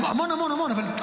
המון, המון, המון.